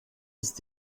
ist